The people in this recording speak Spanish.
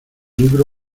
libro